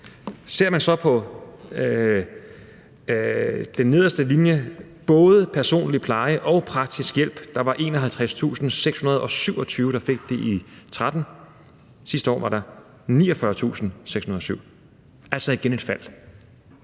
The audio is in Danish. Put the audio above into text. Ser man så på den nederste linje – både personlig pleje og praktisk hjælp – kan man se, at der var 51.627, der fik det i 2013. Sidste år var der 49.607, altså igen et fald.